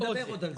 נדבר על זה.